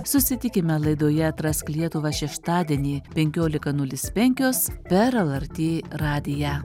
susitikime laidoje atrask lietuvą šeštadienį penkiolika nulis penkios per el er tė radiją